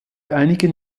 einigen